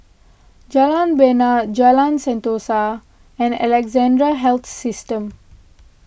Jalan Bena Jalan Sentosa and Alexandra Health System